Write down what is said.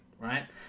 right